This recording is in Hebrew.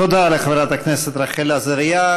תודה לחברת הכנסת רחל עזריה.